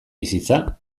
bizitza